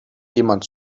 jemand